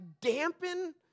dampen